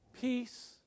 peace